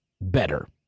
better